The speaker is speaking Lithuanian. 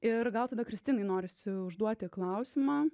ir gal tada kristinai norėsiu užduoti klausimą